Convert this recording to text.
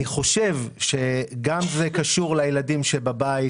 אני חושב שגם זה קשור לילדים שבבית,